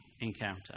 encounter